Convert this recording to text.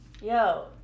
yo